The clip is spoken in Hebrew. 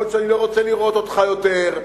יכול להיות שאני לא רוצה לראות אותך יותר,